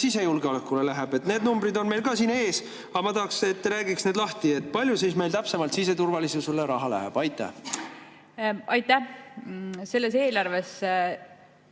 sisejulgeolekule läheb? Need numbrid on meil ka siin ees, aga ma tahaksin, et te räägiksite need lahti. Kui palju meil täpsemalt siseturvalisusele raha läheb? Aitäh, lugupeetud